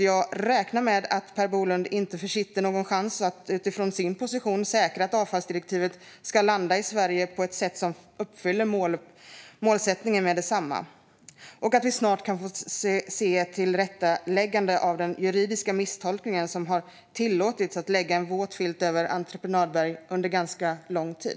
Jag räknar därför med att Per Bolund inte försitter någon chans att utifrån sin position säkra att avfallsdirektivet landar i Sverige på ett sätt som uppfyller målsättningen med detsamma och att vi snart kan få se ett tillrättaläggande av den juridiska misstolkning som har tillåtits lägga en våt filt över entreprenadberg under ganska lång tid.